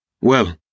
Well